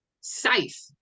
safe